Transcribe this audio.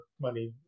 money